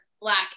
black